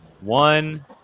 one